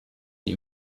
wie